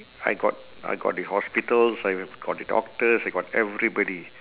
I got I got the hospitals I got the doctors I got everybody